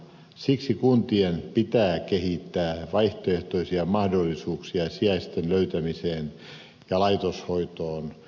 siksi kuntien pitää kehittää vaihtoehtoisia mahdollisuuksia sijaisten löytämiseen ja laitoshoitoon